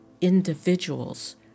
individuals